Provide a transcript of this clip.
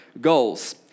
goals